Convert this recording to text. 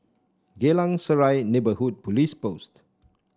Geylang Serai Neighbourhood Police Post